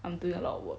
I'm doing a lot of work